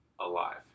alive